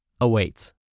awaits